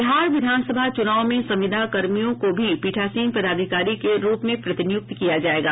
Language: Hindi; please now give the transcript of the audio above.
बिहार विधान सभा चूनाव में संविदा कर्मियों को भी पीठासीन पदाधिकारी के रूप में प्रतिनियुक्त किया जायेगा